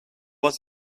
was